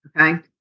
Okay